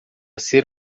ser